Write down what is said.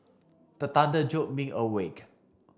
the thunder jolt me awake